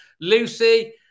Lucy